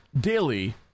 daily